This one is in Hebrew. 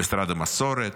למשרד המסורת,